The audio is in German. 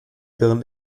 birnen